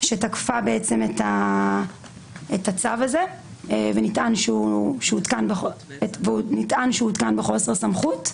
שתקפה את הצו הזה ונטען שהוא הותקן בחוסר סמכות,